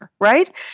right